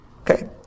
Okay